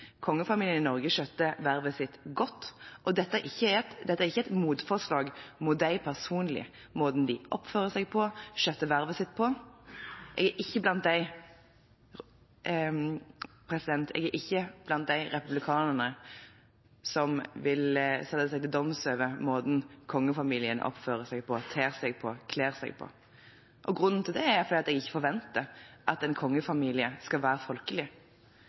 Kongefamilien i Norge skjøtter vervet sitt godt. Dette er ikke et motforslag mot dem personlig, måten de oppfører seg på og skjøtter vervet sitt på. Jeg er ikke blant de republikanerne som vil sette seg til doms over måten kongefamilien oppfører seg på, ter seg på eller kler seg på. Grunnen til det er at jeg ikke forventer at en kongefamilie skal være folkelig.